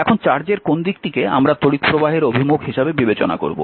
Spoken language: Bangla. এখন চার্জের কোন দিকটিকে আমরা তড়িৎপ্রবাহের অভিমুখ হিসাবে বিবেচনা করব